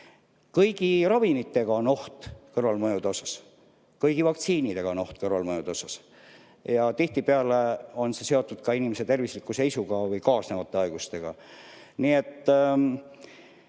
Kõigi ravimitega on oht kõrvalmõjudeks. Kõigi vaktsiinidega on oht kõrvalmõjudeks. Tihtipeale on see seotud ka inimese tervisliku seisukorra või kaasnevate haigustega.